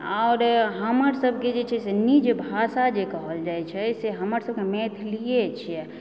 आओर हमर सबकेँ जे छै निज भाषा जे कहल जाय छै से हमरसबक मैथिलिए छियै